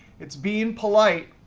it's being polite.